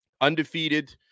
undefeated